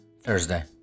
thursday